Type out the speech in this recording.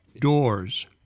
Doors